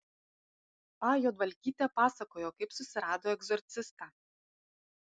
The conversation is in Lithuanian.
a juodvalkytė pasakojo kaip susirado egzorcistą